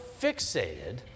fixated